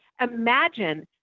imagine